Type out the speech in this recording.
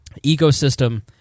Ecosystem